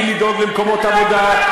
היא לדאוג למקומות עבודה,